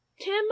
tim